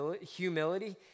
humility